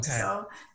Okay